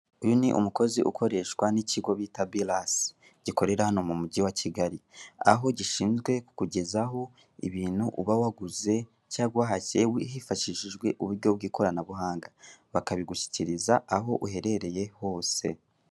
Uyu ni umukozi ukoreshwa n'ikigo bita ''Birasi'', gikorera hano mu mugi wa Kigali; aho gishinzwe kukugezaho ibintu uba waguze cyangwa wahashye hifashishijwe uburyo bw'ikoranabuhanga, bakabigushyikiriza aho uherereye hose.